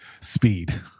speed